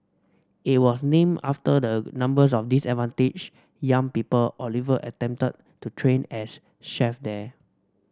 it was named after the number of disadvantaged young people Oliver attempted to train as chef there